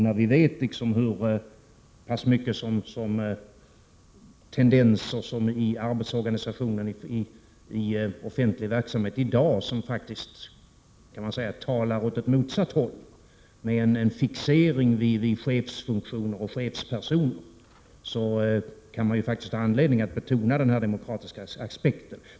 När vi vet hur många tendenser som i den offentliga verksamhetens arbetsorganisation i dag faktiskt drar åt ett motsatt håll, med en fixering vid chefsfunktioner och chefspersoner, kan man ha anledning att betona denna demokratiska aspekt.